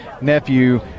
Nephew